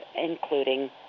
including